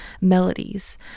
melodies